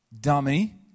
Dummy